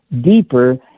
deeper